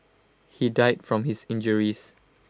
he died from his injuries